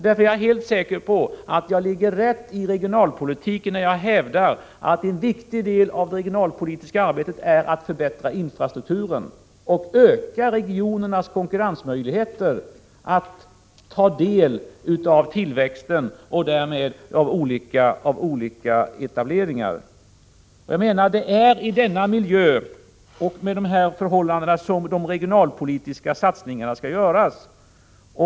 Därför är jag helt säker på att jag ligger rätt i regionalpolitiken när jag hävdar att en viktig del av det regionalpolitiska arbetet är att förbättra infrastrukturen och öka regionernas möjligheter att konkurrera om tillväxten och därmed om olika etableringar. Det är i denna miljö och med utgångspunkt i de här förhållandena som de regionalpolitiska satsningarna skall göras.